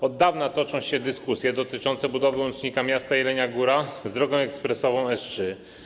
Od dawna toczą się dyskusje dotyczące budowy łącznika miasta Jelenia Góra z drogą ekspresową S3.